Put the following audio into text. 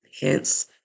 Hence